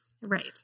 right